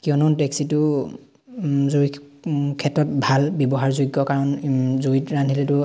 কিয়নো ডেক্সিটো জুইৰ ক্ষেত্ৰত ভাল ব্যৱহাৰযোগ্য কাৰণ জুইত ৰান্ধিলেতো